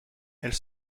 elle